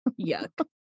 yuck